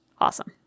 Awesome